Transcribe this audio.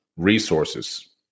resources